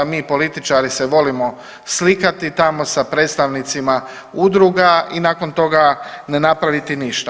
Mi političari se volimo slikati tamo sa predstavnicima udruga i nakon toga ne napraviti ništa.